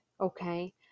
Okay